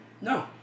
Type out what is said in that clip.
No